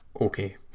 Okay